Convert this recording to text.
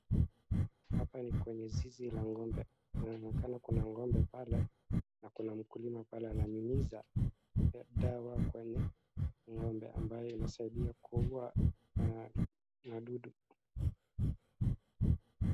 Hapa ni kwenye zizi la ng'ombe, inaonekana kuna ng'ombe pale na kuna mkulima pale ananyunyiza dawa kwenye ng'ombe ambayo inasaidia kuua madudu.